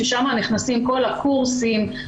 ושם נכנסים כל הקורסים,